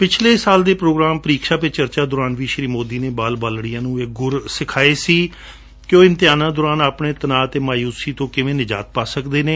ਪਿਛਲੇ ਸਾਲ ਇਸ ਪ੍ਰੋਗਰਾਮ ਪਰੀਕਸ਼ਾ ਪੇ ਚਰਚਾ ਦੌਰਾਨ ਵੀ ਸ਼ੀ ਮੋਦੀ ਨੇ ਬਾਲ ਬਾਲੜੀਆਂ ਨੂੰ ਇਹ ਗੁਰ ਸਿਖਾਏ ਸੀ ਕਿ ਇਮਤਿਹਾਨਾਂ ਦੌਰਾਨ ਆਪਣੇ ਤਨਾਅ ਅਤੇ ਮਾਯੁਸੀ ਤੋਂ ਕਿਵੇਂ ਨਿਜਾਤ ਪਾ ਸਕਦੇ ਨੇ